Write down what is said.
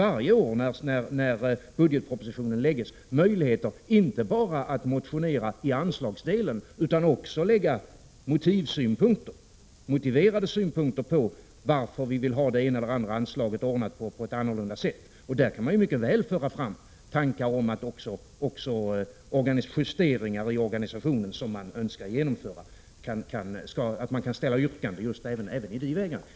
Varje år när budgetpropositionen läggs fram för riksdagen har vi möjlighet inte bara att motionera i anslagsdelen utan också att lägga fram motiverade synpunkter på varför vi vill ha det ena eller det andra anslaget ordnat på ett annorlunda sätt. Därvid kan man ju mycket väl föra fram tankar om de justeringar i organisationen som man önskar genomföra. Man kan alltså ställa yrkanden även i det avseendet.